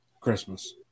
Christmas